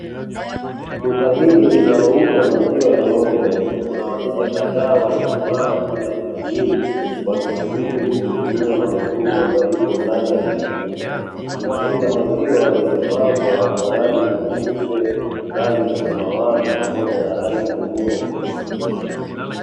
Duka hili linalouza maziwa ya ng'ombe kuna wateja kadhaa waliosimama nje ya duka hili wakisubiri kuhudumiwa na mhudumu ambaye yupo ndani ya duka hili, duka hili la maziwa limepambwa kwa rangi nyeupe, rangi za samawati na rangi nyingine za kuvutia.